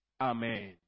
Amen